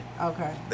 Okay